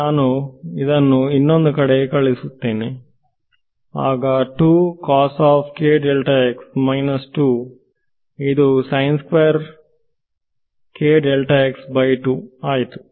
ನಾನು ಅನ್ನು ಇನ್ನೊಂದು ಕಡೆಗೆ ಕಳಿಸುವೆ ಆಗ ಇದು ಆಯಿತು